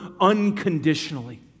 unconditionally